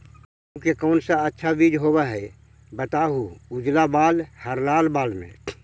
गेहूं के कौन सा अच्छा बीज होव है बताहू, उजला बाल हरलाल बाल में?